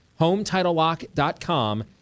HomeTitleLock.com